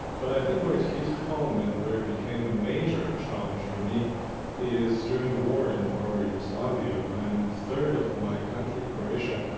but i think where it hit home and where it became a major challenge for me is during the war in former yugoslavia when a third of my country, croatia,